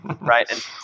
Right